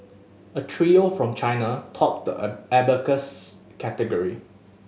a trio from China topped the a abacus category